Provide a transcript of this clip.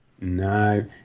No